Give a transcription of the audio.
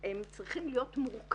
הם צריכים להיות מורכבים